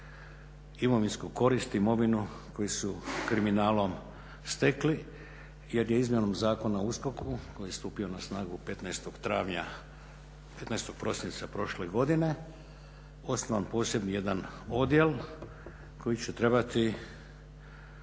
imovinsku korist, imovinu koju su kriminalnom stekli jer je izmjenom Zakona o USKOK-u koji je stupio na snagu 15.prosinca prošle godine osnovan poseban jedan odjel koji će trebati